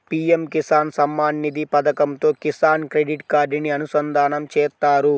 PM Kisan Samman Nidhi పథకంతో Kisan credit కార్డుని అనుసంధానం చేత్తారు